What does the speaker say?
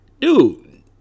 dude